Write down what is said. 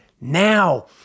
now